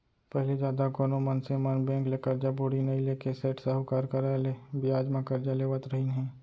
पहिली जादा कोनो मनसे मन बेंक ले करजा बोड़ी नइ लेके सेठ साहूकार करा ले बियाज म करजा लेवत रहिन हें